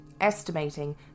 estimating